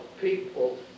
people